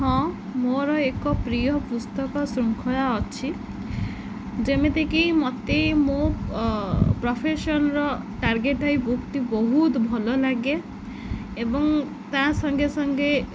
ହଁ ମୋର ଏକ ପ୍ରିୟ ପୁସ୍ତକ ଶୃଙ୍ଖଳା ଅଛି ଯେମିତିକି ମୋତେ ମୋ ପ୍ରଫେସନର ଟାର୍ଗେଟ୍ ଏଇ ବୁକ୍ଟି ବହୁତ ଭଲ ଲାଗେ ଏବଂ ତା ସଙ୍ଗେ ସଙ୍ଗେ